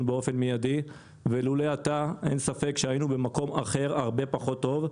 באופן מיידי ולולא אתה אין ספק שהיינו במקום אחר הרבה פחות טוב.